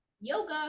Yoga